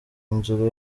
nzu